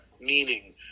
meaning